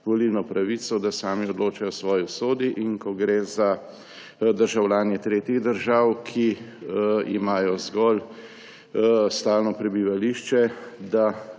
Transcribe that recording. volilno pravico, da sami odločajo o svoji usodi, in ko gre za državljane tretjih držav, ki imajo zgolj stalno prebivališče, da